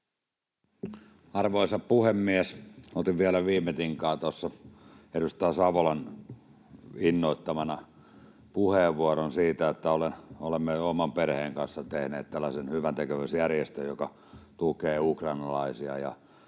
Arvoisa puhemies! Otin vielä viime tinkaan tuossa edustaja Savolan innoittamana puheenvuoron siitä, että olemme jo oman perheen kanssa tehneet tällaisen hyväntekeväisyysjärjestön, joka tukee ukrainalaisia.